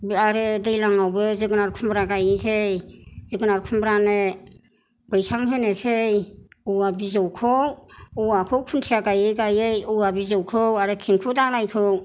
आरो दैलाङावबो जोगोनार खुमब्रा गायनोसै जोगोनार खुमब्रानो बैसां होनोसै औवा बिजौखौ औवाखौ खुन्थिया गायै गायै औवा बिजौखौ आरो थिंखु दालायखौ